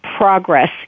progress